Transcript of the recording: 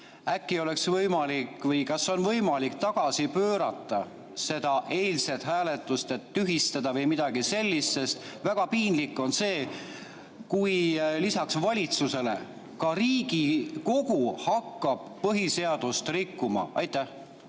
baasil ainult 99. Kas on võimalik tagasi pöörata eilset hääletust, et seda tühistada või midagi sellist? Sest väga piinlik on see, kui lisaks valitsusele ka Riigikogu hakkab põhiseadust rikkuma. Aitäh!